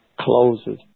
closes